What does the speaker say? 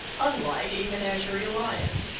unlike a menagerie lion.